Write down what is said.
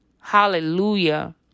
Hallelujah